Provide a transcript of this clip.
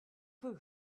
peu